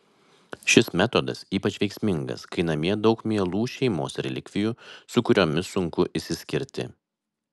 šis metodas ypač veiksmingas kai namie daug mielų šeimos relikvijų su kuriomis sunku išsiskirti